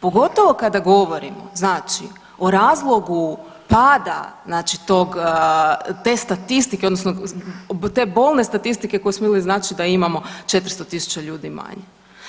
pogotovo kada govorimo znači o razlogu pada znači tog, te statistike odnosno te bolne statistike koju smo imali znači da imamo 400.000 ljudi manje.